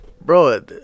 Bro